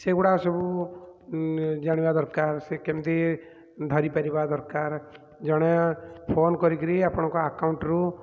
ସେଗୁଡ଼ାକ ସବୁ ଜାଣିବା ଦରକାର ସେ କେମତି ଧରିପାରିବା ଦରକାର ଜଣେ ଫୋନ୍ କରିକି ଆପଣଙ୍କ ଆକାଉଣ୍ଟ୍ରୁ